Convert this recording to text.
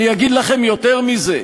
אני אגיד לכם יותר מזה: